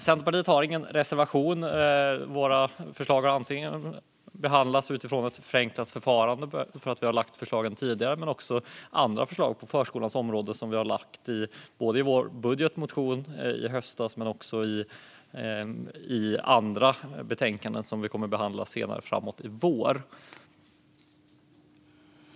Centerpartiet har ingen reservation; våra förslag har antingen behandlats genom ett förenklat förfarande därför att vi har lagt fram förslagen tidigare, eller också gäller det andra förslag på förskolans område som vi har lagt fram i vår budgetmotion i höstas och i andra betänkanden som vi kommer att behandla senare i vår.